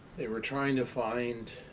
they were trying to find